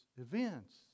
events